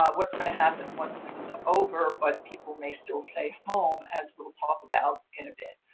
what's going to happen once this is ah over. but people may still stay home, as we'll talk about it a bit.